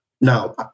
now